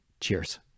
Cheers